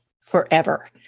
forever